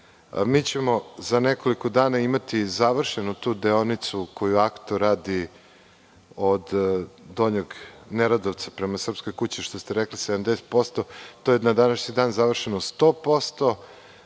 Mi ćemo za nekoliko dana imati završenu tu deonicu, koju Akto radi od Donjeg Neredovca prema Srpskoj kući, što ste rekli 70%, to je na današnji dan završeno 100%.